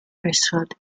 priesthood